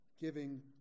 giving